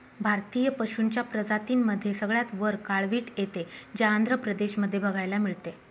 भारतीय पशूंच्या प्रजातींमध्ये सगळ्यात वर काळवीट येते, जे आंध्र प्रदेश मध्ये बघायला मिळते